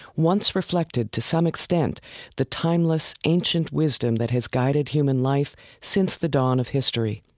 once reflected to some extent the timeless ancient wisdom that has guided human life since the dawn of history.